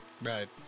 right